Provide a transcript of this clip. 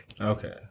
Okay